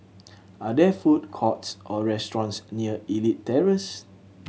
are there food courts or restaurants near Elite Terrace